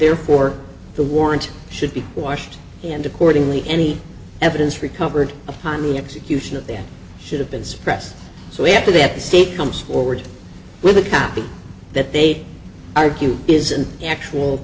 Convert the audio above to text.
therefore the warrant should be washed and accordingly any evidence recovered upon the execution of them should have been suppressed so we have to the state comes forward with a copy that they argue is an actual